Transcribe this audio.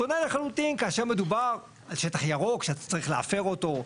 שונה לחלוטין כאשר מדובר על שטח ירוק שאתה צריך להפר אותו,